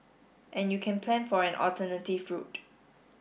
and you can plan for an alternative route